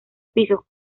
pisos